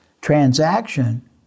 transaction